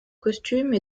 costume